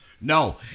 No